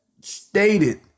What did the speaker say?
stated